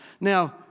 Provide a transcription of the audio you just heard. Now